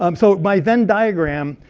um so by venn diagram,